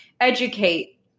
educate